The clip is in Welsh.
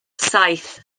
saith